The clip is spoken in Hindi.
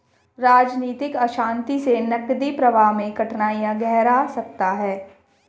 राजनीतिक अशांति से नकदी प्रवाह में कठिनाइयाँ गहरा सकता है